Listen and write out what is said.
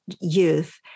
youth